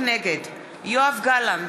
נגד יואב גלנט,